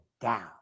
down